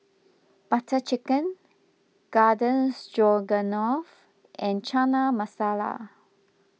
Butter Chicken Garden Stroganoff and Chana Masala